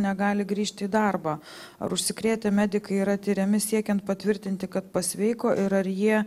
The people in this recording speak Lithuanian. negali grįžti į darbą ar užsikrėtę medikai yra tiriami siekiant patvirtinti kad pasveiko ir ar jie